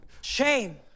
Shame